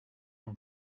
ont